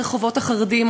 ברחובות החרדיים,